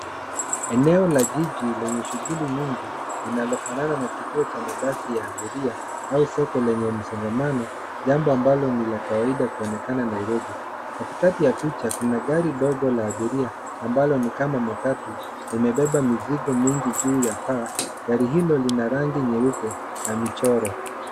Eneo la jiji lenye shughuli nyingi linalofanana na kituo cha mabasi ya abiria au soko lenye msongamano, jambo ambalo ni la kawaida kuonekana Nairobi. Katikati ya picha, kuna gari dogo la abiria ambalo ni kama matatu, imebeba mizigo mingi juu ya paa. Gari hilo lina rangi nyeupe na michoro.